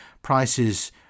Prices